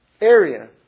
area